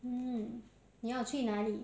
mm 你要去哪里